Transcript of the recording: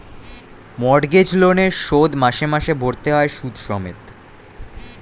mortgage লোনের শোধ মাসে মাসে ভরতে হয় সুদ সমেত